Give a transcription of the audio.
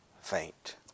faint